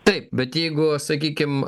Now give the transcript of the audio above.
taip bet jeigu sakykim